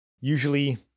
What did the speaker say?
usually